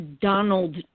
Donald